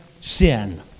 sin